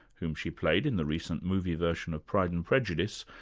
whom she played in the recent movie version of pride and prejudice,